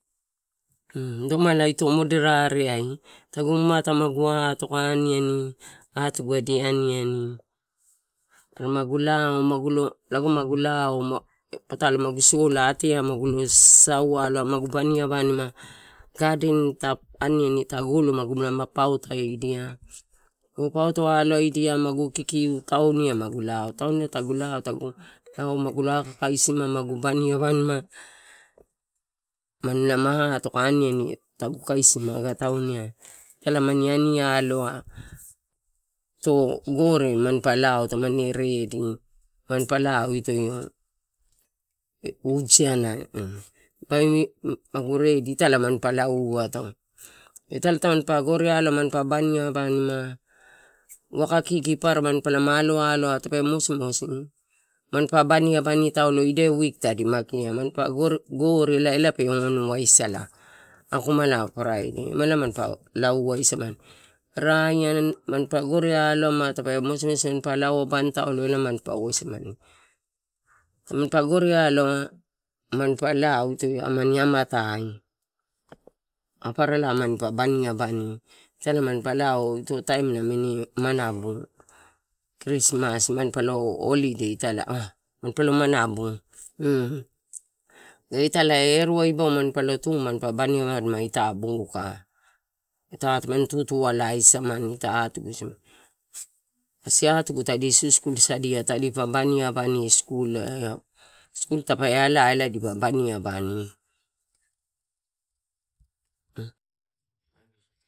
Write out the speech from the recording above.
Mm domala ito moderareai tagu mamata magu atoka aniani atugu adi aniani, are magulao, patalo magu sola ateai magulo sasau alo adiama lago magu banim a gadeni ta aniani golo magu lama pautadia, magu pauto allodia, magu kikiu tauni magu iao. Tauni tagu iao lago magulo aka akaisi, magu banibanima, manima atoka aniani tagu kaisima aga tauniai elae mani ani aloa, ito gore manipa laoto mani redi. manipa laoto ito hujena magu redi italae manipae lauoaoto. Itala tanipa gore aloa mampa lauabanima waka kiki papara panipalama alo ala, mosimosi mampa baniabani taulo ida wiki tadi makia. Mampa gore elae pe on waisala akomala paraide ima elae pani lao wasamani aiai naio tanipa gore aloma, tape mosi mosi mampa lao abani elae manipa wasamani, tanipa gore aloa, manipa lao ito aman, amatai aparalai mampa baniabani. Ita pani pa lao ito taim namini manabu krismas mampa lo holide ita mampa lo manabu lago ita erua ibao mampa lo tu lago manpa baniabanima ita buka. Ita tani tutu alai samani ita atugu isigu kasi atugu tadi susukul sadia tadipa baniabani skul. Skul tape ala elae dipa banibani.